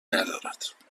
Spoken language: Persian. ندارد